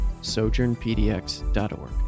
sojournpdx.org